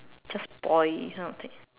just boil this kind of thing